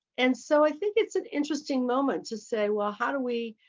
and so i think it's an interesting moment to say well how do we,